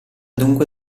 dunque